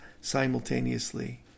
simultaneously